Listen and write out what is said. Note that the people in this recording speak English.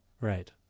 Right